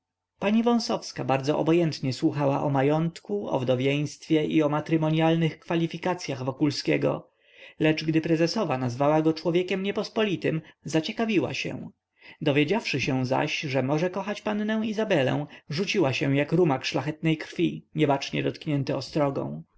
pani wąsowska bardzo obojętnie słuchała o majątku o wdowieństwie i o matrymonialnych kwalifikacyach wokulskiego lecz gdy prezesowa nazwała go człowiekiem niepospolitym zaciekawiła się dowiedziawszy się zaś że może kochać pannę izabelę rzuciła się jak rumak szlachetnej krwi niebacznie dotknięty ostrogą